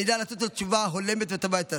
והוא ידע לתת לו תשובה הולמת וטובה יותר.